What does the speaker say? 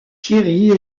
thierry